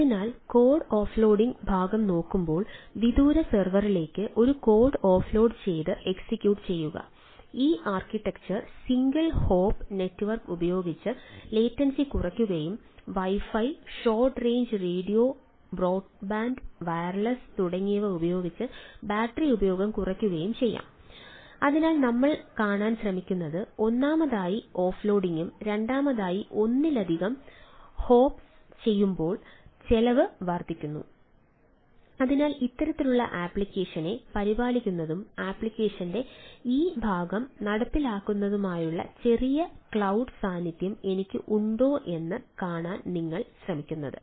അതിനാൽ code offloading സാന്നിധ്യം എനിക്ക് ഉണ്ടോ എന്ന് കാണാൻ നിങ്ങൾ ശ്രമിക്കുന്നത്